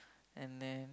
and then